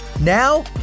now